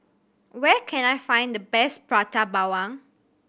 where can I find the best Prata Bawang